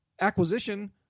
acquisition